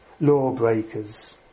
lawbreakers